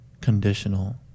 conditional